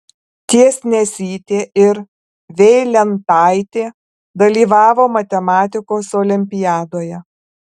tiesnesytė ir veilentaitė dalyvavo matematikos olimpiadoje